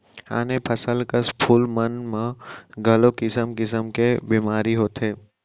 आने फसल कस फूल मन म घलौ किसम किसम के बेमारी होथे